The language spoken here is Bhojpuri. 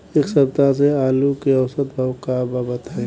एक सप्ताह से आलू के औसत भाव का बा बताई?